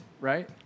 Right